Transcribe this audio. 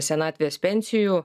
senatvės pensijų